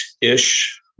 ish